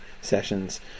sessions